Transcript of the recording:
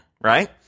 right